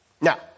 Now